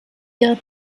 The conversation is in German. ihrer